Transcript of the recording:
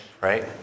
right